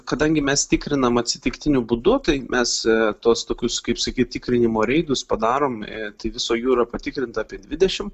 kadangi mes tikrinam atsitiktiniu būdu tai mes tuos tokius kaip sakyt tikrinimo reidus padarom tai viso jų yra patikrinta apie dvidešim